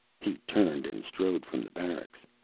he turned and strode from the barracks.